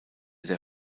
der